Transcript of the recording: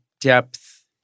depth